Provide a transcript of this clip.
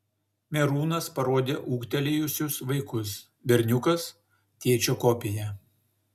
merūnas parodė ūgtelėjusius vaikus berniukas tėčio kopija